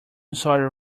sorry